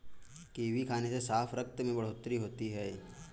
kiwi खाने से साफ रक्त में बढ़ोतरी होती है